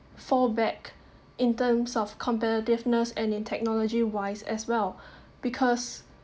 fall back in terms of competitiveness and in technology wise as well because